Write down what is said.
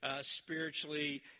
spiritually